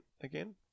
again